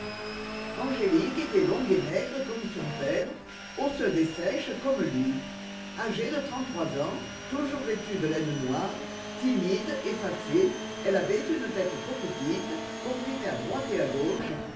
angélique était longue et maigre comme son père osseuse et sèche comme lui âgée de trente-trois ans toujours vêtue de laine noire timide effacée elle avait une tête trop petite comprimée à droite et à gauche